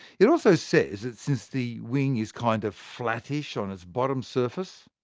it also says that since the wing is kind of flattish on its bottom surface,